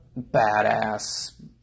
badass